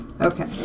Okay